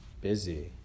busy